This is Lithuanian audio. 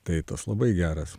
tai tos labai geras